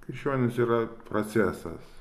krikščionis yra procesas